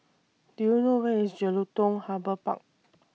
Do YOU know Where IS Jelutung Harbour Park